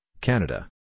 Canada